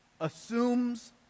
assumes